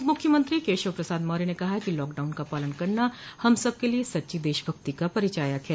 उप मुख्यमंत्री केशव प्रसाद मौर्य ने कहा है कि लॉकडाउन का पालन करना हम सबके लिए सच्ची देशभक्ति का परिचायक है